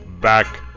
Back